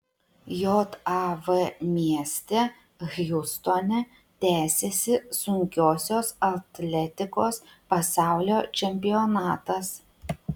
jav mieste hjustone tęsiasi sunkiosios atletikos pasaulio čempionatas